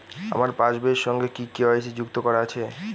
আমার পাসবই এর সঙ্গে কি কে.ওয়াই.সি যুক্ত করা আছে?